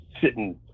sitting